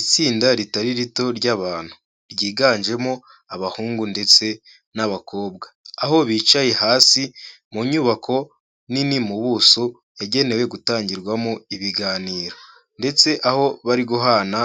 Itsinda ritari rito ry'abantu ryiganjemo abahungu ndetse n'abakobwa, aho bicaye hasi mu nyubako nini mu buso, yagenewe gutangirwamo ibiganiro ndetse aho bari guhana